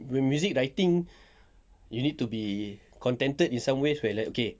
music writing you need to be contented in some ways like okay